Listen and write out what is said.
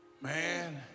Man